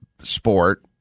sport